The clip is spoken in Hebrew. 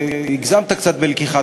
הצעת חוק זו מוגשת ללא הסתייגויות,